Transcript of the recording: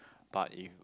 but if